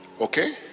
Okay